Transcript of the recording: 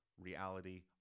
reality